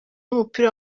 w’umupira